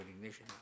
ignition